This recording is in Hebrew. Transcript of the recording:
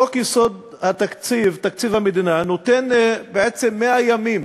חוק-יסוד: תקציב המדינה נותן בעצם 100 ימים